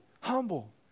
humble